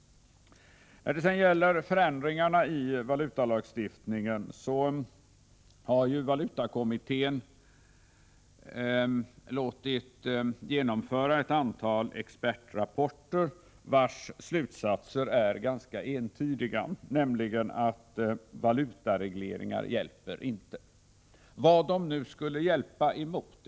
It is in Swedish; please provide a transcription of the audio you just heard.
När det sedan gäller förändringarna i valutalagstiftningen har valutakommittén låtit upprätta ett antal expertrapporter, vilkas slutsatser är ganska entydiga, nämligen att valutaregleringar inte hjälper. Vad de nu skulle hjälpa emot!